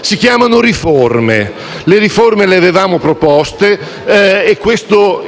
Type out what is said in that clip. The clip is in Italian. Si chiamano riforme. Le riforme le avevamo proposte e